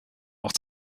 auch